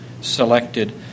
selected